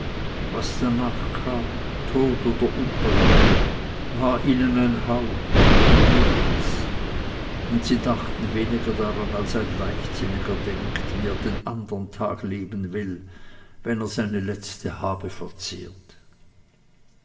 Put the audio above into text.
was danach kam tod und untergang war ihnen ein hauch ein nichts und sie dachten weniger daran als ein leichtsinniger denkt wie er den andern tag leben will wenn er seine letzte habe verzehrt